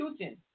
Putin